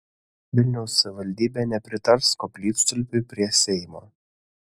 vilniaus savivaldybė nepritars koplytstulpiui prie seimo